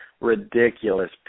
ridiculous